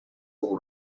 all